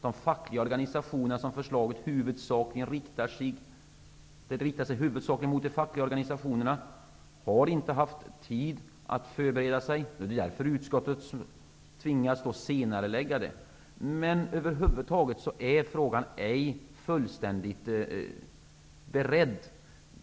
De fackliga organisationerna, som förslaget huvudsakligen riktade sig till, har inte haft tid att förbereda sig. Det är av den anledningen som utskottet tvingas senarelägga genomförandet. Över huvud taget är frågan ej fullständigt beredd.